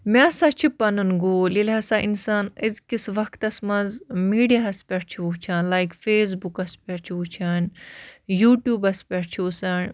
مےٚ ہَسا چھُ پَنُن گول ییٚلہِ ہَسا اِنسان أزکِس وَقتَس منٛز میٖڈیاہَس پٮ۪ٹھ چھُ وٕچھان لایک فیس بُکَس پٮ۪ٹھ چھِ وٕچھان یوٗٹیوٗبَس پٮ۪ٹھ چھُ وٕسان